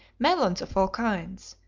melons of all kinds,